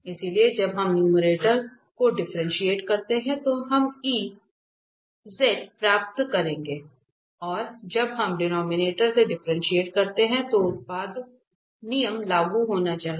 इसलिए जब हम न्यूमैरेटर को डिफ्रेंटिएट करते हैं तो हम प्राप्त करेंगे और जब हम डिनोमिनेटर से डिफ्रेंटिएट करते हैं तो उत्पाद नियम लागू होना चाहिए